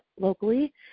locally